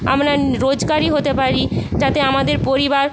আমরা রোজগারি হতে পারি যাতে আমাদের পরিবার